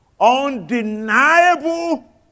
Undeniable